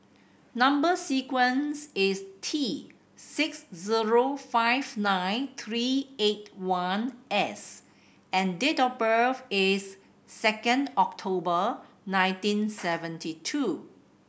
number sequence is T six zero five nine three eight one S and date of birth is second October nineteen seventy two